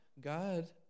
God